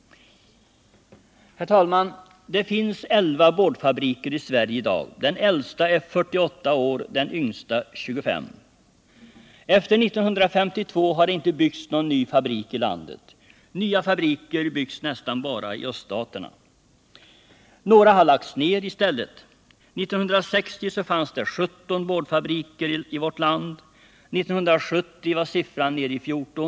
Det finns elva boardfabriker i Sverige i dag. Den äldsta är 48 år och den yngsta 25 år. Efter år 1952 har det inte byggts någon ny fabrik i landet. Nya fabriker byggs nästan bara i öststaterna. Några har lagts ned i stället. 1960 fanns det 17 boardfabriker i vårt land och 1970 var siffran nere i 14.